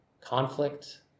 Conflict